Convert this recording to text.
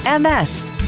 MS